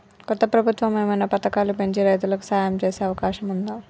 కొత్త ప్రభుత్వం ఏమైనా పథకాలు పెంచి రైతులకు సాయం చేసే అవకాశం ఉందా?